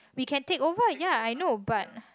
we can takeover ya I know but